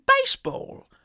baseball